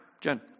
Jen